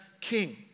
king